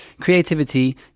creativity